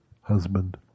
husband